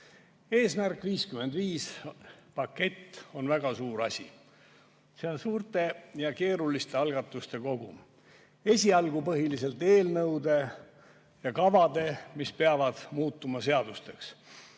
"Eesmärk 55" on väga suur asi. See on suurte ja keeruliste algatuste kogum, esialgu põhiliselt eelnõud ja kavad, mis peavad muutuma seadusteks.